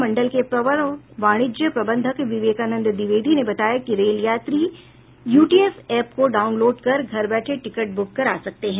मंडल के प्रवर वाणिज्य प्रबंधक विवेकानंद द्विवेदी ने बताया कि रेल यात्री यूटीएस ऐप को डाउनलोड कर घर बैठे टिकट बुक करा सकते हैं